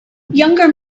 younger